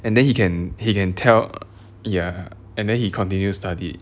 and then he can he can tell ya and then he continue studied